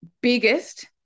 biggest